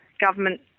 government